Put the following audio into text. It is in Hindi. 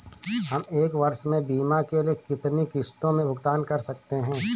हम एक वर्ष में बीमा के लिए कितनी किश्तों में भुगतान कर सकते हैं?